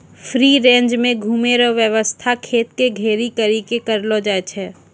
free range मे घुमै रो वेवस्था खेत के घेरी करी के करलो जाय छै